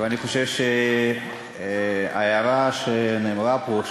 ואני חושב שההערה שנאמרה פה,